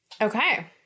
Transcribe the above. Okay